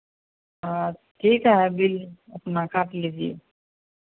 हाँ ठीक है अभी अपना काट लीजिये